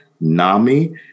NAMI